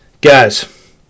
guys